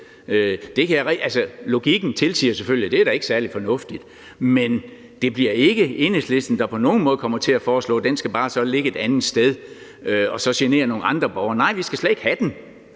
Logikken tilsiger selvfølgelig, at det da ikke er særlig fornuftigt. Men det bliver ikke Enhedslisten, der på nogen måde kommer til at foreslå, at den så bare skal ligge et andet sted og genere nogle andre borgere. Nej, vi skal slet ikke have den.